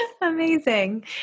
amazing